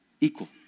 equal